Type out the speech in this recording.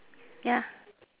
ya